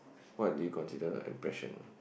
what do you consider impression